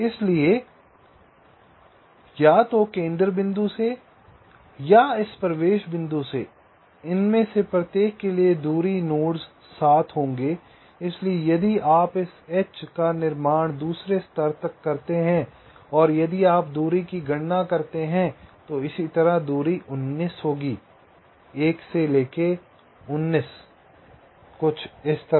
इसलिए या तो केंद्र बिंदु से या इस प्रवेश बिंदु से इनमें से प्रत्येक के लिए दूरी नोड्स 7 होंगे इसलिए यदि आप इस H का निर्माण दूसरे स्तर तक करते हैं और यदि आप दूरी की गणना करते हैं तो इसी तरह दूरी 19 होगी 1 2 3 4 5 6 7 8 9 10 11 12 15 16 17 18 19 इस तरह